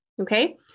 okay